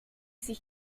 sich